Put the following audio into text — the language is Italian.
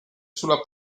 sulla